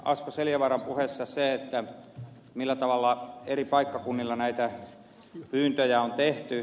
asko seljavaaran puheessa se millä tavalla eri paikkakunnilla näitä pyyntöjä on tehty